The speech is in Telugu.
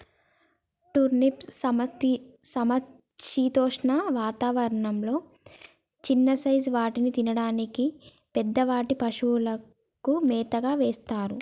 టుర్నిప్ సమశీతోష్ణ వాతావరణం లొ చిన్న సైజ్ వాటిని తినడానికి, పెద్ద వాటిని పశువులకు మేతగా వేస్తారు